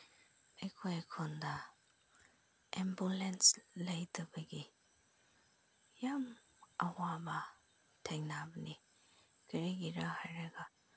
ꯑꯩꯈꯣꯏ ꯈꯨꯟꯗ ꯑꯦꯝꯕꯨꯂꯦꯟꯁ ꯂꯩꯇꯕꯒꯤ ꯌꯥꯝ ꯑꯋꯥꯕ ꯊꯦꯡꯅꯕꯅꯤ ꯀꯔꯤꯒꯤꯔ ꯍꯥꯏꯔꯒ